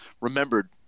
remembered